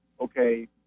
okay